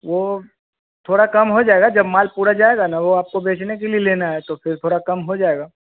वह थोड़ा कम हो जाएगा जब माल पूरा जाएगा ना वह आपको बेचने के लिए लेना है तो फ़िर थोड़ा कम हो जाएगा